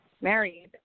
married